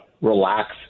relax